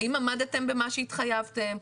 האם עמדתם במה שהתחייבתם.